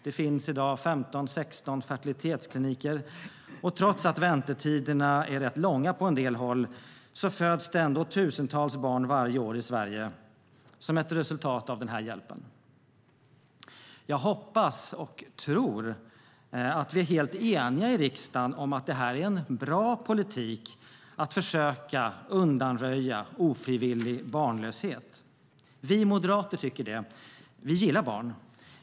Det finns i dag 15-16 fertilitetskliniker, och trots att väntetiderna är rätt långa på en del håll föds tusentals barn varje år i Sverige som ett resultat av denna hjälp. Jag hoppas och tror att vi är helt eniga i riksdagen om att det är en bra politik att försöka undanröja ofrivillig barnlöshet. Vi moderater tycker det. Vi gillar barn.